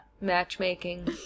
Matchmaking